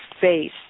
face